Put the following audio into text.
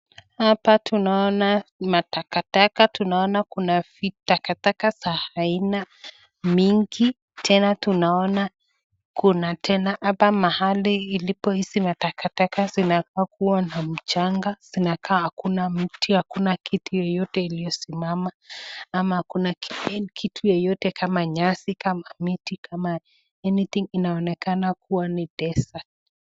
Hapa tunaona matakataka, tunaona kuna vitakataka za aina mingi. Tena tunaona kuna tena hapa mahali ilipo hizi matakataka zinafaa kuwa na mchanga. Zinakaa hakuna mti hakuna kitu yoyote iliyo simama ama hakuna, yani kitu yoyote kama nyasi kama miti kama anything inaonekana kuwa ni dessert .